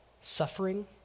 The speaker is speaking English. suffering